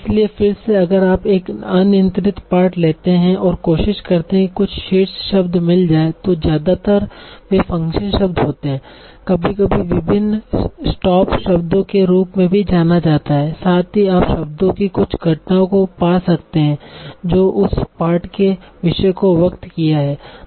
इसलिए फिर से अगर आप एक अनियन्त्रित पाठ लेते हैं और कोशिश करते हैं की कुछ शीर्ष शब्द मिल जाये तो ज्यादातर वे फ़ंक्शन शब्द होते हैं कभी कभी विभिन्न स्टॉप शब्दों के रूप में भी जाना जाता है साथ ही आप शब्दों की कुछ घटनाओं को पा सकते हैं जो उस पाठ के विषय को व्यक्त किया हैं